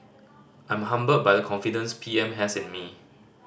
I'm humbled by the confidence P M has in me